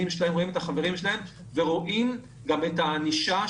שלהם והחברים שלהם ורואים גם את הענישה,